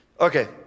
Okay